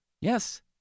Yes